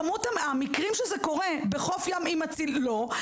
כמות המקרים שקורית בחוף ים עם מציל לא גדולה.